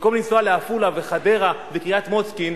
במקום לנסוע לעפולה וחדרה וקריית-מוצקין,